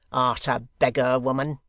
art a beggar, woman